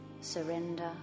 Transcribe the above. surrender